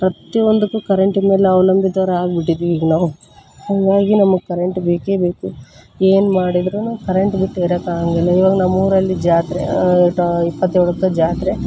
ಪ್ರತಿಯೊಂದಕ್ಕೂ ಕರೆಂಟಿನ ಮೇಲೆ ಅವಲಂಬಿತರಾಗ್ಬಿಟ್ಟಿದ್ದೀವಿ ಈಗ ನಾವು ಹಾಗಾಗಿ ನಮ್ಗೆ ಕರೆಂಟ್ ಬೇಕೇ ಬೇಕು ಏನು ಮಾಡಿದರೂನು ಕರೆಂಟ್ ಬಿಟ್ಟು ಇರಕ್ಕಾಗಂಗಿಲ್ಲ ಇವಾಗ ನಮ್ಮೂರಲ್ಲಿ ಜಾತ್ರೆ ಟ ಇಪ್ಪತ್ತೇಳಕ್ಕೆ ಜಾತ್ರೆ